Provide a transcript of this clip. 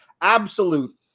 absolute